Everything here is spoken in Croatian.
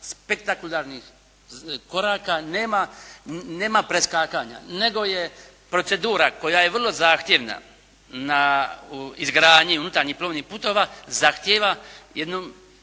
spektakularnih koraka, nema preskakanja, nego je procedura koja je vrlo zahtjevna na izgradnji unutarnjih plovnih putova zahtjeva jednu,